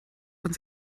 uns